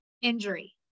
injury